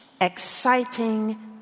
exciting